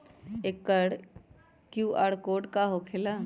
एकर QR code का होकेला?